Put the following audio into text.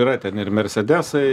yra ten ir mersedesai